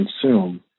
consume